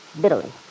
bitterly